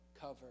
cover